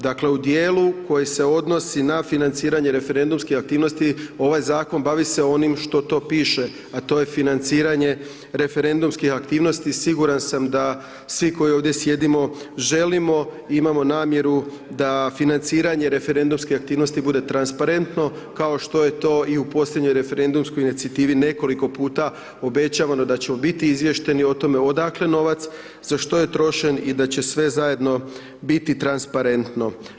Dakle u dijelu koji se odnosi na financiranje referendumske aktivnosti ovaj zakon bavi se onim što to piše a to je financiranje referendumskih aktivnosti siguran sam da svi koji ovdje sjedimo želimo, imamo namjeru da financiranje referendumske aktivnosti bude transparentno kao što je to i u posljednjoj referendumskoj inicijativi nekoliko puta obećavano da ćemo biti izvješteni o tome odakle novac, za što je trošen i da će sve zajedno biti transparentno.